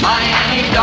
Miami